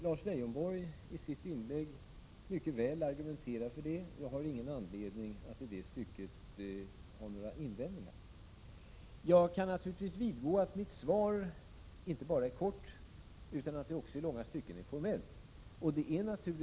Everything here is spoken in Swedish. Lars Leijonborg argumenterar mycket väl för det i sitt inlägg. Jag har ingen anledning att ha några invändningar. Jag kan naturligtvis vidgå att mitt svar inte bara är kort utan att det också i långa stycken är formellt.